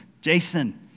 Jason